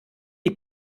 die